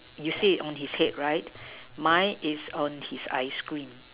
you said on his head right mine is on his ice cream